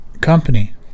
company